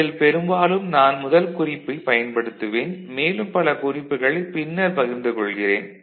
இதில் பெரும்பாலும் நான் முதல் குறிப்பைப் பயன்படுத்துவேன் மேலும் பல குறிப்புகளைப் பின்னர் பகிர்ந்து கொள்கிறேன்